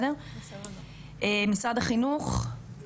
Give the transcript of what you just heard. משרד החינוך, פה?